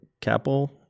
capel